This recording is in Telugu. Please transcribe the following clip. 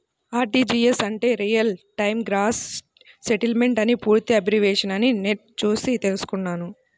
ఆర్టీజీయస్ అంటే రియల్ టైమ్ గ్రాస్ సెటిల్మెంట్ అని పూర్తి అబ్రివేషన్ అని నెట్ చూసి తెల్సుకున్నాను